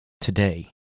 Today